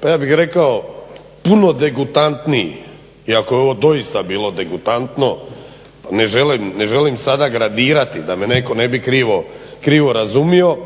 pa ja bih rekao puno degutantniji iako je ovo doista bilo degutantno. Ne želim sada gradirati da me netko ne bi krivo razumio,